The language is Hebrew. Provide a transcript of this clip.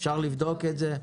אפשר לבדוק את זה?